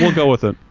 go with it.